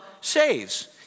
saves